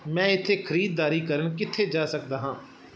ਮੈਂ ਇੱਥੇ ਖਰੀਦਦਾਰੀ ਕਰਨ ਕਿੱਥੇ ਜਾ ਸਕਦਾ ਹਾਂ